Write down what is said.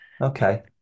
okay